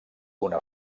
una